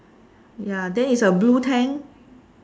ya then is a blue tank